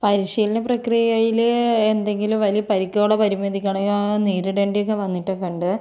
പരിശീലന പ്രക്രിയയില് എന്തെങ്കിലും വലിയ പരിക്കുകളോ പരിമിതികളോ നേരിടേണ്ടി ഒക്കെ വന്നിട്ടൊക്കെ ഉണ്ട്